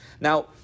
Now